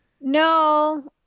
No